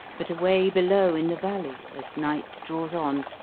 but away below in the valley, as night draws on,